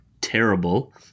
terrible